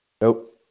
Nope